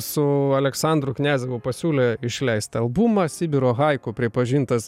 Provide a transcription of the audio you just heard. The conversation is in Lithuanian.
su aleksandru kniazevu pasiūlė išleisti albumą sibiro haiku pripažintas